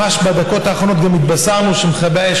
ממש בדקות האחרונות גם התבשרנו שבמכבי האש